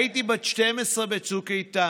הייתי בת 12 בצוק איתן,